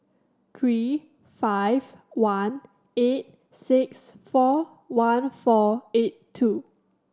three five one eight six four one four eight two